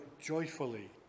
joyfully